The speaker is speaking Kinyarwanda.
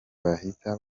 bahita